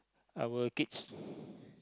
our kids